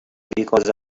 because